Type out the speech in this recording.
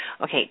Okay